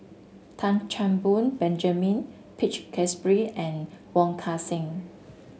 Tan Chan Boon Benjamin Peach Keasberry and Wong Kan Seng